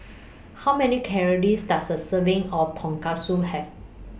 How Many Calories Does A Serving of Tonkatsu Have